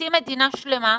ומשביתים מדינה שלמה,